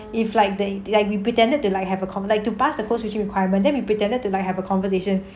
if like they like we pretended to like have a common to pass the code switching requirement then we pretended to like have a conversation